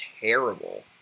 terrible